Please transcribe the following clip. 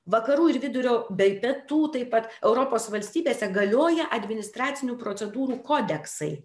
vakarų ir vidurio bei pietų taip pat europos valstybėse galioja administracinių procedūrų kodeksai